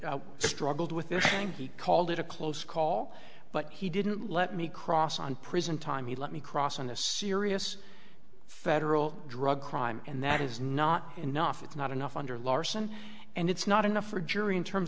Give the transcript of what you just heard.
good struggled with this and he called it a close call but he didn't let me cross on prison time he let me cross on a serious federal drug crime and that is not enough it's not enough under larson and it's not enough for a jury in terms